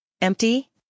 empty